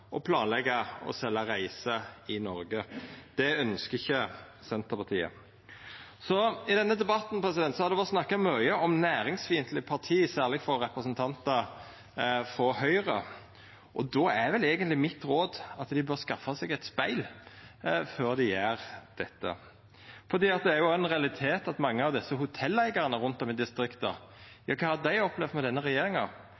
å selja reiser i Noreg. Det ønskjer ikkje Senterpartiet. I denne debatten har det vore snakka mykje om næringsfiendtlege parti, særleg frå representantar frå Høgre. Då er vel eigentleg mitt råd at dei får skaffa seg ein spegel før dei gjer dette. For det er òg ein realitet kva mange av hotelleigarane rundt om i